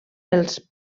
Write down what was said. els